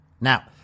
Now